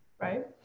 right